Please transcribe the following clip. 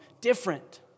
different